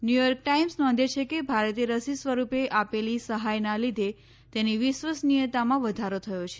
New York Times નોંધે છે કે ભારતે રસી સ્વરૂપે આપેલી સહાયના લીધે તેની વિશ્વસનીયતામાં વધારો થયો છે